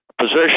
position